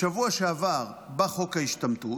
בשבוע שעבר בא חוק ההשתמטות,